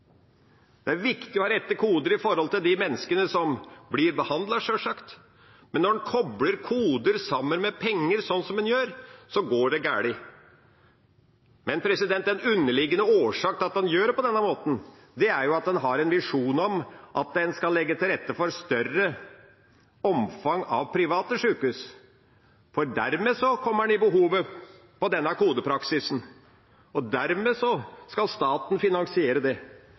Det er viktig å ha rette koder med tanke på de menneskene som blir behandlet, sjølsagt, men når en kobler koder sammen med penger, slik som en gjør, går det galt. Men den underliggende årsaken til at en gjør det på denne måten, er at en har en visjon om at en skal legge til rette for et større omfang av private sykehus, for dermed får en behov for denne kodepraksisen, og dermed skal staten finansiere det.